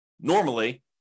normally